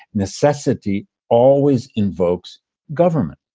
necessity always invokes government.